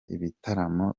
ibitaramo